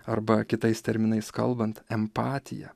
arba kitais terminais kalbant empatija